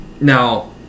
Now